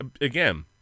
again